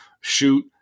shoot